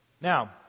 Now